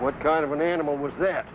what kind of an animal was that